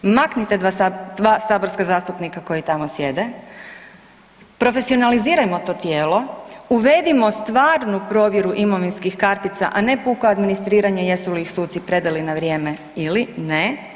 Maknite dva saborska zastupnika koji tamo sjede, profesionalizirajmo to tijelo, uvedimo stvarnu provjeru imovinskih kartica, a ne puko administriranje jesu li ih suci predali na vrijeme ili ne.